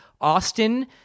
Austin